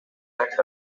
protect